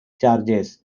charges